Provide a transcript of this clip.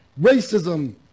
racism